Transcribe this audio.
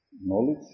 knowledge